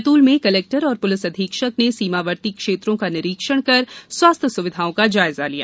बैतूल में कलेक्टर और पुलिस अधीक्षक ने सीमावर्ती क्षेत्रों का निरीक्षण स्वास्थ्य सुविधाओं का जायजा लिया